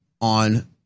on